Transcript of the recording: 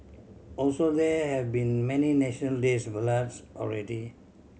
also there have been many National Days ballads already